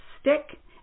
stick